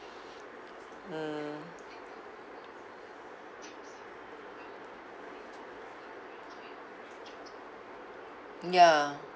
mm ya